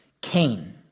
Cain